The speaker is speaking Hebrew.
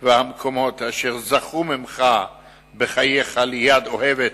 והמקומות אשר זכו ממך בחייך ליד אוהבת,